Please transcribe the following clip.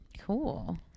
Cool